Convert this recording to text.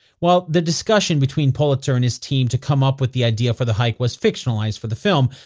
while the discussion between pulitzer and his team to come up with the idea for the hike was fictionalized for the film,